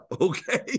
okay